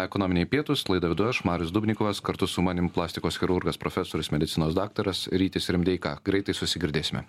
ekonominiai pietūs laidą vedu aš marius dubnikovas kartu su manim plastikos chirurgas profesorius medicinos daktaras rytis rimdeika ką greitai greitai susigirdėsime